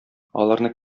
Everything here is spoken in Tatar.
аларны